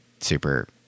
super